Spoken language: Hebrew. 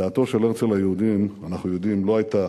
דעתו של הרצל על היהודים, אנחנו יודעים, לא היתה